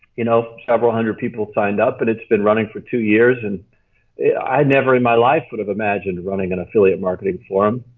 you know several hundred people signed up, and it's been running for two years and i never in my life would have imagined running an and affiliate marketing forum.